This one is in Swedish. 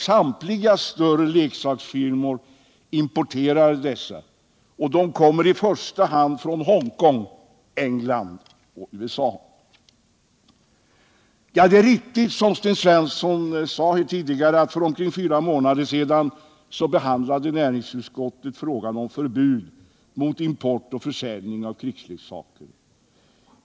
Samtliga större leksaksfirmor importerar emellertid sina leksaker, som i första hand kommer från Hongkong, England och USA. Det är riktigt som Sten Svensson tidigare sade, att näringsutskottet för omkring fyra månader sedan behandlade frågan om förbud mot import och 45 försäljning av krigsleksaker.